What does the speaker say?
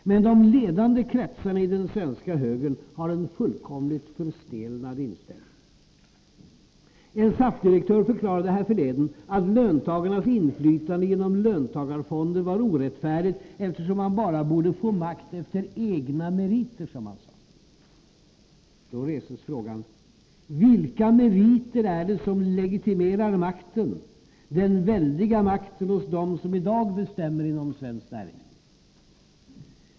Men de ledande kretsarna i den svenska högern. har en fullkomligt förstelnad inställning. En SAF-direktör förklarade härförleden att löntagarnas inflytande genom löntagarfonder var orättfärdigt, eftersom man bara borde få makt efter ”egna meriter”. Då reses frågan: Vilka meriter är det som legitimerar makten, den väldiga makten hos dem som i dag bestämmer inom svenskt näringsliv?